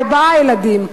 ארבעה ילדים,